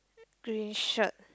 grey shirt